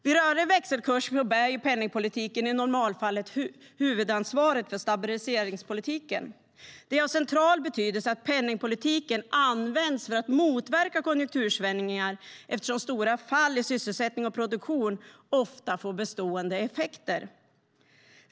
Vid en rörlig växelkurs bär penningpolitiken i normalfallet huvudansvaret för stabiliseringspolitiken. Det är av central betydelse att penningpolitiken används för att motverka konjunktursvängningar eftersom stora fall i sysselsättning och produktion ofta får bestående effekter.